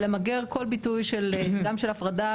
ולמגר כל ביטוי גם של הפרדה,